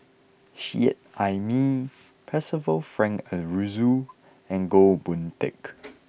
Seet Ai Mee Percival Frank Aroozoo and Goh Boon Teck